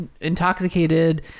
intoxicated